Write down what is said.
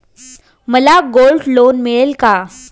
मला gold loan मिळेल का?